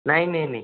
नाही नाही नाही